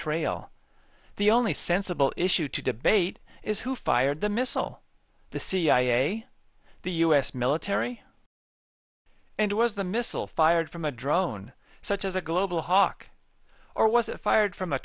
trail the only sensible issue to debate is who fired the missile the cia the us military and was the missile fired from a drone such as a global hawk or was it fired from a